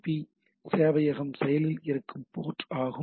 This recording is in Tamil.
பி சேவையகம் செயலில் இருக்கும் போர்ட் 25 ஆகும்